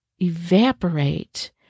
Evaporate